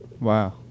Wow